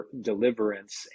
deliverance